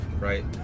right